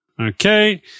Okay